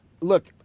look